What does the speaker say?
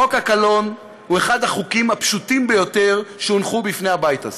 חוק הקלון הוא אחד החוקים הפשוטים ביותר שהונחו לפני הבית הזה: